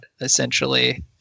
essentially